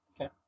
Okay